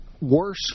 worse